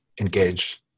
engage